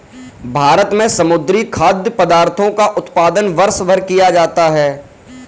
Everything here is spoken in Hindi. भारत में समुद्री खाद्य पदार्थों का उत्पादन वर्षभर किया जाता है